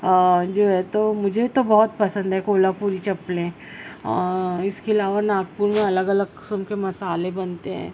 جو ہے تو مجھے تو بہت پسند ہے کولہا پوری چپلیں اور اس کے علاوہ ناگپور میں الگ الگ قسم کے مسالے بنتے ہیں